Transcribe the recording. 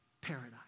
paradise